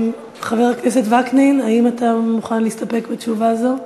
חבר הכנסת וקנין, האם אתה מוכן להסתפק בתשובה זו?